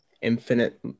infinite